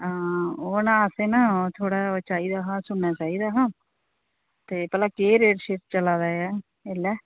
ओह् असें ना थोह्ड़ा ओह् चाहिदा हा सुन्ना चाहिदा हा ते भला केह् रेट चला दा ऐ ऐल्लै